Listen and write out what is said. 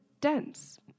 dense